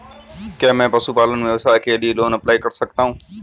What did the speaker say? क्या मैं पशुपालन व्यवसाय के लिए लोंन अप्लाई कर सकता हूं?